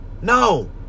no